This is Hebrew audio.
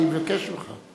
אני מבקש ממך.